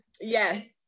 Yes